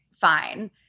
Fine